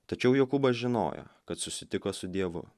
tačiau jokūbas žinojo kad susitiko su dievu